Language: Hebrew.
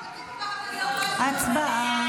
הצבעה.